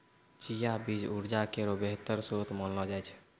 चिया बीज उर्जा केरो बेहतर श्रोत मानलो जाय छै